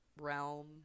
realm